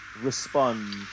respond